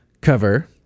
cover